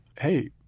hey